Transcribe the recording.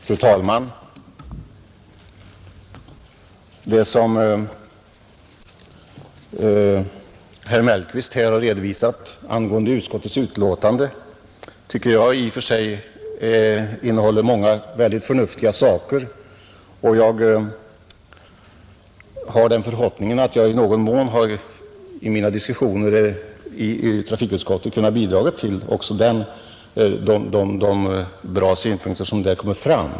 Fru talman! Vad herr Mellqvist här har redovisat angående utskottets betänkande tycker jag innehåller många mycket förnuftiga synpunkter, och jag hoppas att jag i någon mån i våra diskussioner i trafikutskottet har kunnat bidra till de bra synpunkter som där kommer fram.